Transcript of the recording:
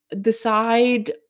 decide